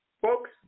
Folks